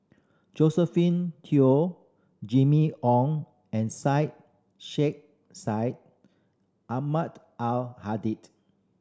Josephine Teo Jimmy Ong and Syed Sheikh Syed Ahmad Al